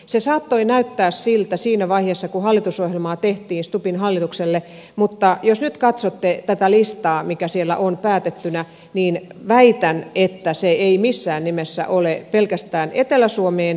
se saattoi näyttää siltä siinä vaiheessa kun hallitusohjelmaa tehtiin stubbin hallitukselle mutta jos nyt katsotte tätä listaa mikä siellä on päätettynä niin väitän että se ei missään nimessä ole pelkästään etelä suomeen